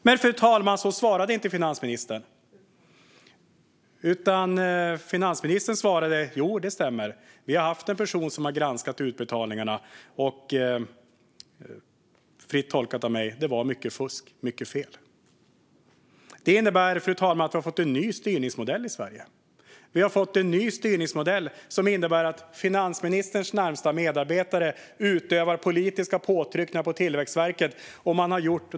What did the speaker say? Men, fru talman, så svarade inte finansministern, utan finansministern svarade: Jo, det stämmer. Vi har haft en person som har granskat utbetalningarna, och - fritt tolkat av mig - det var mycket fusk och fel. Fru talman! Det innebär att vi har fått en ny styrningsmodell i Sverige, en modell som innebär att finansministerns närmaste medarbetare utövar politiska påtryckningar på Tillväxtverket.